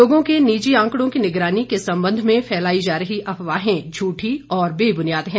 लोगों के निजी आंकड़ों की निगरानी के संबंध में फैलाई जा रही अफवाहें झूठी और बे बुनियाद है